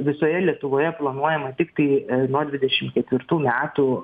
visoje lietuvoje planuojama tiktai nuo dvidešim ketvirtų metų